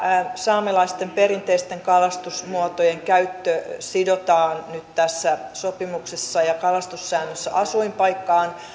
saamelaisten perinteisten kalastusmuotojen käyttö sidotaan nyt tässä sopimuksessa ja kalastussäännössä asuinpaikkaan